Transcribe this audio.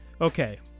Okay